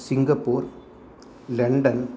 Singapore London